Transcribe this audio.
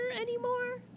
anymore